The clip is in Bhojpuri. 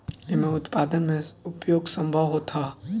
एमे उत्पादन में उपयोग संभव होत हअ